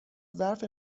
ظرف